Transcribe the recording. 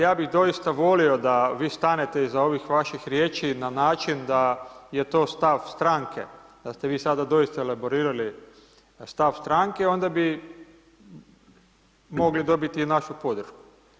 Ja bih, ja bih doista volio da vi stanete iza ovih vaših riječi na način da je to stav stranke, da ste vi sada doista elaborirali stav stranke onda bi mogli dobiti i našu podršku.